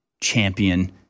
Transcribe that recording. champion